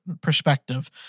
perspective